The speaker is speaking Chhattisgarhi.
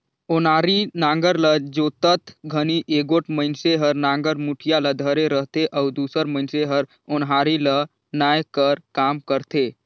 ओनारी नांगर ल जोतत घनी एगोट मइनसे हर नागर मुठिया ल धरे रहथे अउ दूसर मइनसे हर ओन्हारी ल नाए कर काम करथे